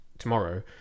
tomorrow